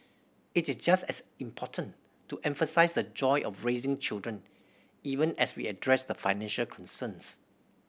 it's just as important to emphasise the joy of raising children even as we address the financial concerns